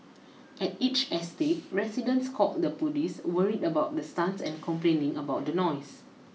at each estate residents called the police worried about the stunts and complaining about the noise